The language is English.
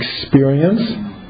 experience